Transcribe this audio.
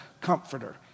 comforter